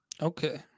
Okay